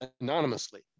anonymously